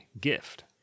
gift